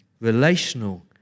relational